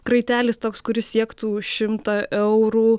kraitelis toks kuris siektų šimtą eurų